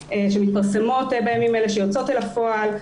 שמתפרסמות בימים אלה ויוצאות אל הפועל,